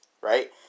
Right